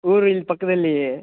ಊರು ಇಲ್ಲಿ ಪಕ್ಕದಲ್ಲಿ